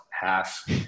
half